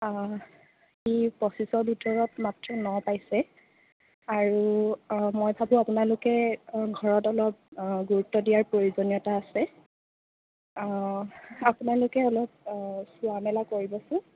অঁ সি পঁচিছৰ ভিতৰত মাত্ৰ ন পাইছে আৰু মই ভাবোঁ আপোনালোকে ঘৰত অলপ গুৰুত্ব দিয়াৰ প্ৰয়োজনীয়তা আছে আপোনালোকে অলপ চোৱা মেলা কৰিবচোন